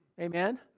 Amen